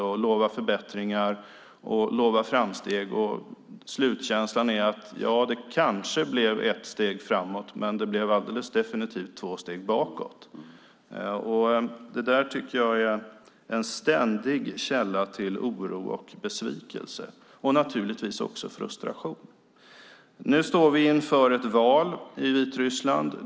Man lovar förbättringar och framsteg, men slutkänslan är att det kanske blev ett steg framåt men alldeles definitivt två steg bakåt. Det är en ständig källa till oro och besvikelse och naturligtvis också frustration. Nu står vi inför ett val i Vitryssland.